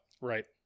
right